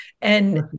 and-